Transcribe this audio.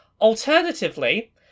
Alternatively